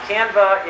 Canva